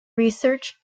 research